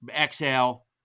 exhale